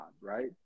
right